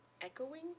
echoing